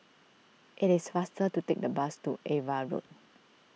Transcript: it is faster to take the bus to Ava Road